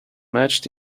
matched